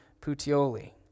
Puteoli